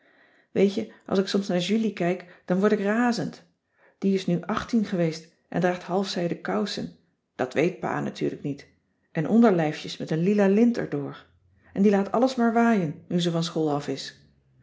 weet je als ik soms naar julie kijk dan wordt ik razend die is nu achttien geweest en draagt halfzijden kousen dat weet pa natuurlijk niet en onderlijfjes met een lila lint erdoor en die laat alles maar waaien nu ze van school af is